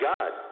God